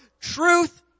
Truth